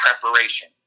preparation